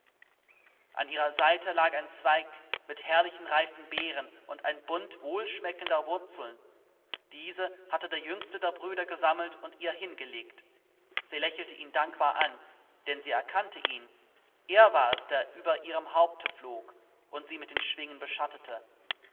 an ihrer seite lag ein zweig mit herrlichen reifen beeren und ein bund wohlschmeckender wurzeln diese hatte der jüngste der brüder gesammelt und ihr hingelegt sie lächelte ihn dankbar an denn sie erkannte ihn er war es der über ihrem haupte flog und sie mit den schwingen beschattete